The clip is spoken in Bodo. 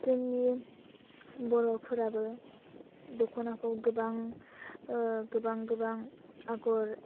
जोंनि बर'फोराबो दख'नाखौ गोबां गोबां गोबां आगर